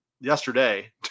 yesterday